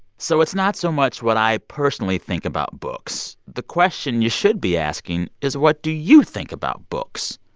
so it's not so much what i personally think about books. the question you should be asking is, what do you think about books?